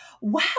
wow